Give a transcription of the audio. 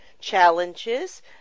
challenges